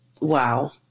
Wow